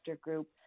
group